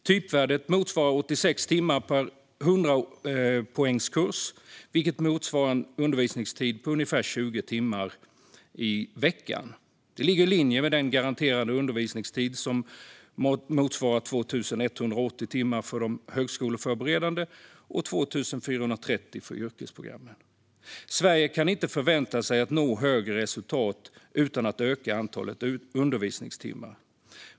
Typvärdet motsvarar 86 timmar per 100-poängskurs, vilket motsvarar en undervisningstid på ungefär 20 timmar i veckan. Detta ligger i linje med den garanterade undervisningstiden, som motsvarar 2 180 timmar för de högskoleförberedande programmen och 2 430 timmar för yrkesprogrammen. Sverige kan inte förvänta sig att nå högre resultat utan att öka antalet undervisningstimmar.